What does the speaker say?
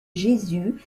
jésus